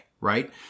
right